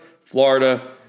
Florida